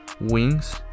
wings